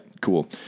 cool